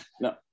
no